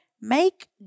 Make